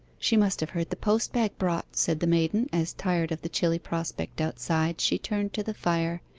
she must have heard the post-bag brought said the maiden, as, tired of the chilly prospect outside, she turned to the fire,